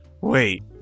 Wait